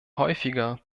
häufiger